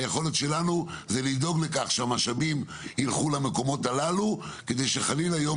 היכולת שלנו זה לדאוג לכך שהמשאבים ילכו למקומות הללו כדי שחלילה יום